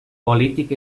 polític